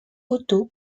otto